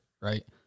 right